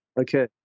Okay